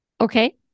Okay